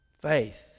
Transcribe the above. Faith